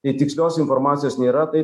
netikslios informacijos nėra tai